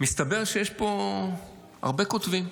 מסתבר שיש פה הרבה כותבים,